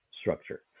structure